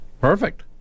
Perfect